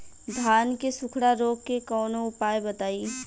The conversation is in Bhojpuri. धान के सुखड़ा रोग के कौनोउपाय बताई?